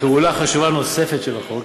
פעולה חשובה נוספת של החוק